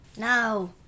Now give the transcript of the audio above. No